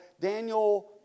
Daniel